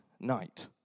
night